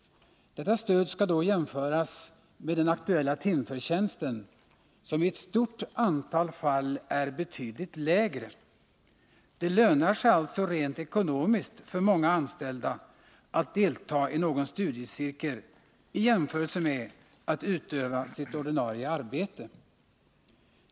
Detta stöd skall då jämföras med den aktuella timförtjänsten, som i ett stort antal fall är betydligt lägre. Det lönar sig alltså rent ekonomiskt för många anställda att delta i någon studiecirkel i jämförelse med att utöva sitt ordinarie arbete.